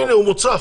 הנה, הוא מוצף.